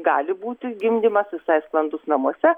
gali būti gimdymas visai sklandus namuose